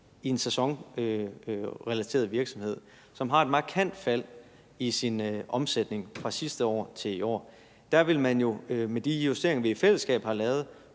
en sæsonrelateret virksomhed, som har et markant fald i sin omsætning fra sidste år til i år. Der vil man jo med de justeringer, vi i fællesskab har lavet,